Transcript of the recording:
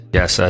Yes